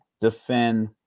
defend